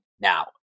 now